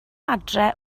adre